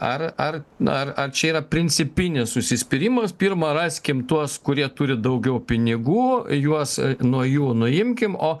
ar ar na ar ar čia yra principinis užsispyrimas pirma raskim tuos kurie turi daugiau pinigų juos nuo jų nuimkim o